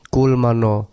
Kulmano